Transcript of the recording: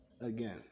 again